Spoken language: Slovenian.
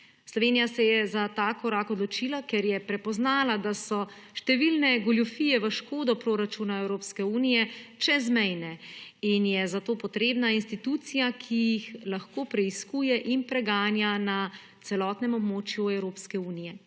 Slovenija se je za ta korak odločila, ker je prepoznala, da so številne goljufije v škodo proračuna Evropske unije čezmejne in je zato potrebna institucija, ki jih lahko preiskuje in preganja na celotnem območju Evropske unije.